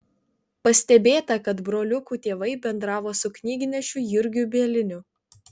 pastebėta kad broliukų tėvai bendravo su knygnešiu jurgiu bieliniu